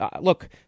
look